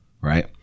right